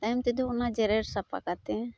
ᱛᱟᱭᱚᱢ ᱛᱮᱫᱚ ᱚᱱᱟ ᱡᱮᱨᱮᱲ ᱥᱟᱯᱟ ᱠᱟᱛᱮ